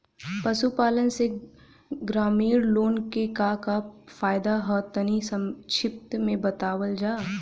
पशुपालन से ग्रामीण लोगन के का का फायदा ह तनि संक्षिप्त में बतावल जा?